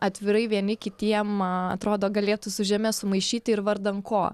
atvirai vieni kitiem atrodo galėtų su žeme sumaišyti ir vardan ko